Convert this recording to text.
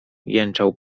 jęczał